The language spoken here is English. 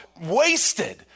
wasted